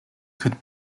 could